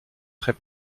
très